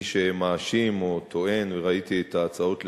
מי שמאשים או טוען, ראיתי את ההצעות לסדר-היום,